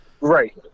Right